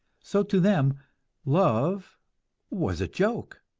so to them love was a joke,